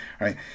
right